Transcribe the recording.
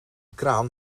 kraan